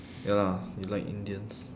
ya lah you like indians